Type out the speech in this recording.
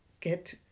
get